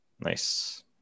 Nice